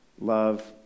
Love